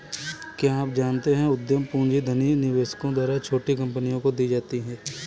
क्या आप जानते है उद्यम पूंजी धनी निवेशकों द्वारा छोटी कंपनियों को दी जाती है?